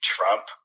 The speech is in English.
Trump